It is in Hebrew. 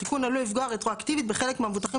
התיקון עלול לפגוע רטרואקטיבית בחלק מהמבוטחים